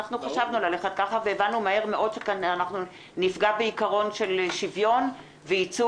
אנחנו חשבנו ללכת ככה והבנו מהר מאוד שנפגע בעיקרון של שוויון וייצוג.